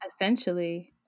essentially